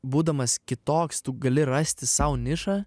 būdamas kitoks tu gali rasti sau nišą